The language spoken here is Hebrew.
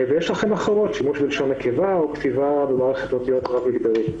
ויש דרכים אחרות: שימוש בלשון נקבה או כתיבה במערכת אותיות רב-מגדרית.